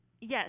Yes